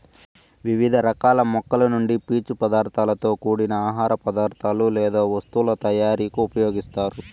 వివిధ రకాల మొక్కల నుండి పీచు పదార్థాలతో కూడిన ఆహార పదార్థాలు లేదా వస్తువుల తయారీకు ఉపయోగిస్తారు